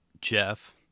Jeff